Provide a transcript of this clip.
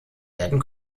werden